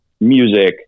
music